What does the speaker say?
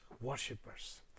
worshippers